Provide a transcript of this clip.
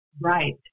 Right